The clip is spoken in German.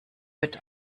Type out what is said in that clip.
wird